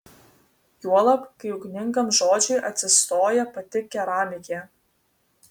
juolab kai ugningam žodžiui atsistoja pati keramikė